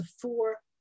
four